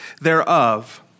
thereof